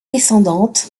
descendante